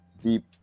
deep